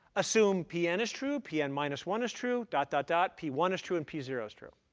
assume p n is true, p n minus one is true, dot, dot, dot, p one is true, and p zero is true.